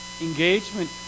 Engagement